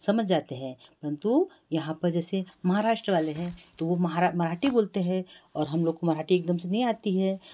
समझ जाते हैं परंतु यहाँ पे जैसे महाराष्ट्र वाले हैं तो वो मराठी बोलते हैं और हम लोग को मराठी एकदम से नहीं आती है